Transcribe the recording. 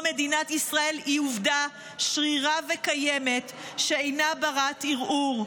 מדינת ישראל היא עובדה שרירה וקיימת שאינה ברת ערעור.